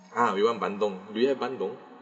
ah we want bandung do you have bandung